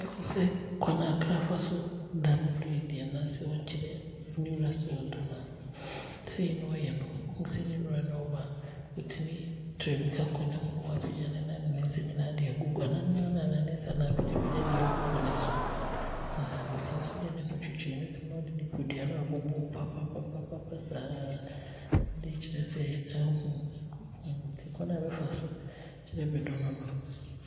Bɛkasɛ kwane a kra fa so da ne dɔ adi anaa kwane a ɔfa so kyerɛ ne wura sɛ ɔdɔ no a sei ne ɔyɛ no, ɔhu sɛ ne wura no ɔɔba a, ɔtumi tu mmirika kɔ ne ho na waapagya ne nane ne ne nsa nyinaa de aagugu anaa ne nan anaa ne nsa na aapagya pagya de aagu ne so ɔtumi nso de ne ho twitwi no na ɔde ne podua no ɛbobɔ wo papapapa saa de kyerɛ sɛ aahu wo nti kwane a bɛfa so kyerɛ bɛdɔ ne no.